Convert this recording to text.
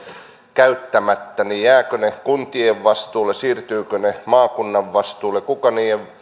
käyttämättä jäävätkö ne kuntien vastuulle siirtyvätkö ne maakunnan vastuulle kuka niiden